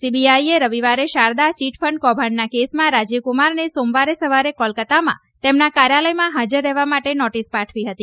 સીબીઆઈએ રવિવારે શારદા ચીટફંડ કૌભાંડના કેસમાં રાજીવ્કમારને સોમવારે સવારે કોલકતામાં તેમના કાર્યાલયમાં હાજર રહેવા માટે નોટીસ પાઠવી હતી